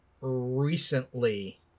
recently